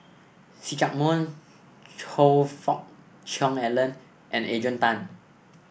See Chak Mun Choe Fook Cheong Alan and Adrian Tan